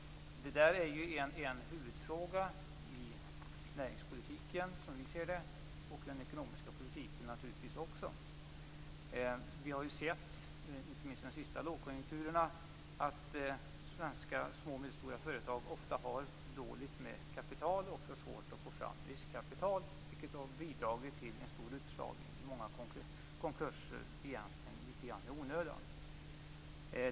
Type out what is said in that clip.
Detta är, som vi ser det, en huvudfråga i näringspolitiken och naturligtvis också i den ekonomiska politiken. Vi har inte minst under de senaste lågkonjunkturerna sett att svenska små och medelstora företag ofta har dåligt med kapital och även har svårt att få fram riskkapital, vilket har bidragit till en stor utslagning och litet grand i onödan till många konkurser.